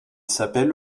s’appelle